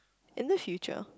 in the future